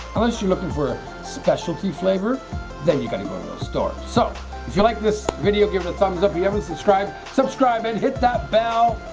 unless you're looking for a specialty flavor then you gotta go to the store so if you liked this video give a thumbs up you haven't subscribe subscribe and hit that bell